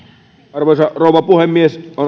arvoisa rouva puhemies on